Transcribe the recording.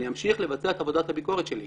אני אמשיך לבצע את עבודת הביקורת שלי.